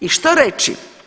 I što reći?